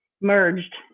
merged